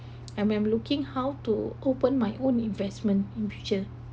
I'm I'm looking how to open my own investment in future